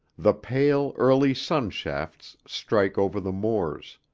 the pale, early sun-shafts strike over the moors.